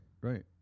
right